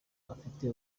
abafite